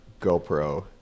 GoPro